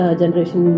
generation